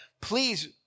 please